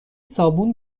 صابون